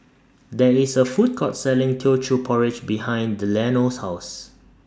There IS A Food Court Selling Teochew Porridge behind Delano's House